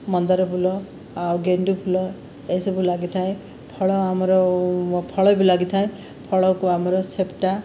ମନ୍ଦାର ଫୁଲ ଆଉ ଗେଣ୍ଡୁ ଫୁଲ ଏ ସବୁ ଲାଗିଥାଏ ଫଳ ଆମର ଫଳ ବି ଲାଗିଥାଏ ଫଳକୁ ଆମର ସେପ୍ଟା